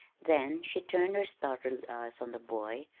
then she turned her startled eyes on the boy,